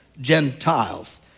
Gentiles